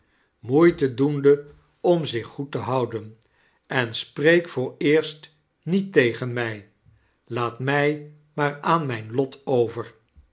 moeite doende om zich goed te houden en spreek vooreerst niet tegen mij laat mij maar aan mijn lot over